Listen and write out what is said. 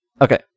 Okay